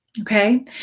Okay